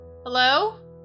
Hello